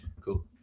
Cool